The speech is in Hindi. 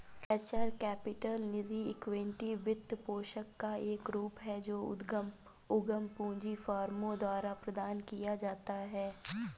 वेंचर कैपिटल निजी इक्विटी वित्तपोषण का एक रूप है जो उद्यम पूंजी फर्मों द्वारा प्रदान किया जाता है